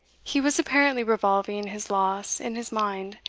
he was apparently revolving his loss in his mind,